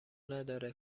نداره